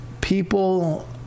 people